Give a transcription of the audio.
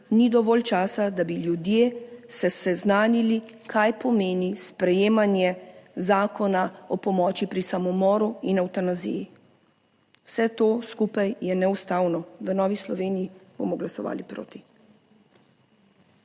(nadaljevanje) ljudje se seznanili, kaj pomeni sprejemanje Zakona o pomoči pri samomoru in evtanaziji. Vse to skupaj je neustavno. V Novi Sloveniji bomo glasovali proti.